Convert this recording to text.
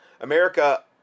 america